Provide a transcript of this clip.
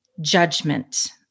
judgment